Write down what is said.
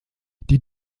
die